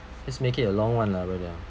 let's make it a long one lah brother